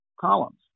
columns